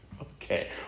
Okay